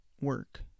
work